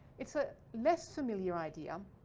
it's a less familiar idea